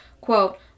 quote